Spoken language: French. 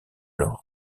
leur